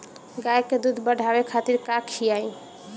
गाय के दूध बढ़ावे खातिर का खियायिं?